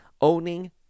owning